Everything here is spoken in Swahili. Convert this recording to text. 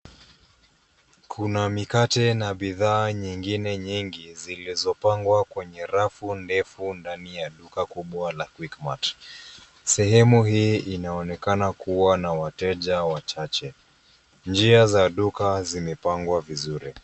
Kuna mikate na bidhaa nyingine nyingiz zilizopangwa kwenye rafu ndefu ndani ya duka kubwa la Quickmart. Sehemu hii inaonekana kuwa na wateja wachache. Njia za duka zimepangwa vizuri.